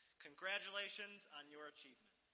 congratulations on your achievement.